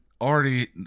already